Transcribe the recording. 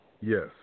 Yes